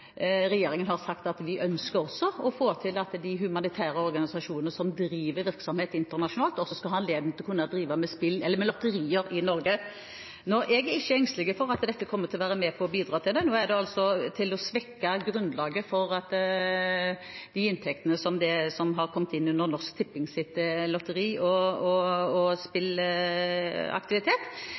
regjeringen har sagt at vi også ønsker at de humanitære organisasjonene som driver virksomhet internasjonalt, også skal ha anledning til å kunne drive med lotterier i Norge. Jeg er ikke engstelig for at dette kommer til å være med på å bidra til å svekke grunnlaget for de inntektene som har kommet inn under Norsk Tippings lotteri- og